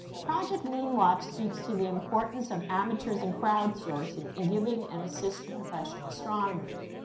project moon watch speaks to the importance of amateurs and crowdsourcing and giving an assist to professional astronomers.